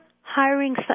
hiring